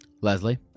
Leslie